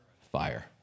fire